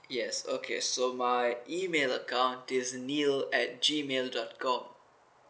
yes okay so my email account is niel at G mail dot com